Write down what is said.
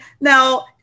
Now